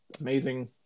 amazing